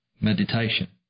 Meditation